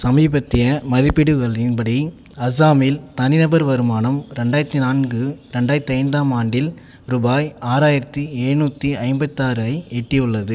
சமீபத்திய மதிப்பீடுகளின்படி அசாமில் தனிநபர் வருமானம் இரண்டாயிரத்தி நான்கு இரண்டாயிரத்தி ஐந்தாம் ஆண்டில் ரூபாய் ஆறாயிரத்தி எழுநூற்றி ஐம்பத்தியாறை எட்டியுள்ளது